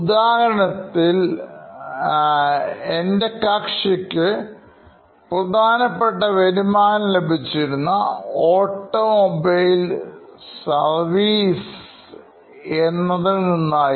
ഉദാഹരണത്തിൽ എൻറെ കക്ഷിക്ക്പ്രധാനപ്പെട്ട വരുമാനം ലഭിച്ചിരുന്ന ഓട്ടോമൊബൈൽ സർവീസ് എന്നതിൽ നിന്നായിരുന്നു